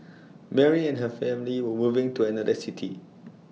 Mary and her family were moving to another city